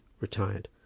Retired